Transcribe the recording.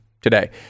today